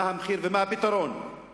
מה המחיר ומה הפתרון,